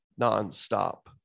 nonstop